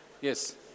Yes